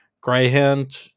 greyhound